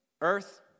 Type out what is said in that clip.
Earth